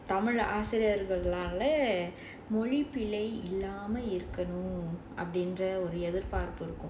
so tamil ஆசிரியர்கள் நால மொழிப்பிழை இல்லாம இருக்கனும் அப்படிங்கிற எதிர்பார்ப்பு இருக்கும்:aasiriyarkal naala mozhippizhai illaama irukkanum appadingra ethirpaarpu irukkum